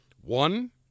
One